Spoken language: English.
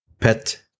Pet